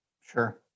Sure